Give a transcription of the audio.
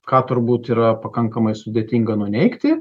ką turbūt yra pakankamai sudėtinga nuneigti